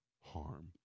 harm